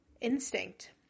instinct